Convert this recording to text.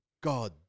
God